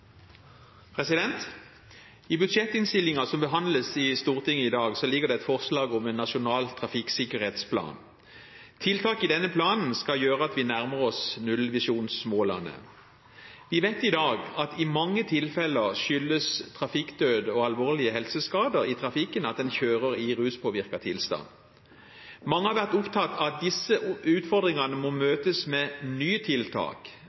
infrastrukturfondet. I budsjettinnstillingen som behandles i Stortinget i dag, ligger det et forslag om en nasjonal trafikksikkerhetsplan. Tiltak i denne planen skal gjøre at vi nærmer oss nullvisjonsmålene. Vi vet i dag at i mange tilfeller skyldes trafikkdød og alvorlige helseskader i trafikken at en kjører i ruspåvirket tilstand. Mange har vært opptatt av at disse utfordringene må møtes med nye tiltak,